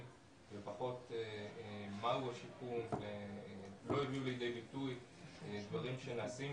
ופחות מהו השיקום ולא הביאו לידי ביטוי דברים שנעשים